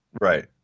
right